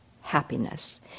happiness